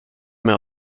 med